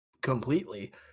completely